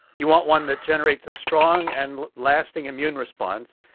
you want one that generates a strong and lasting immune response.